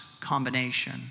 combination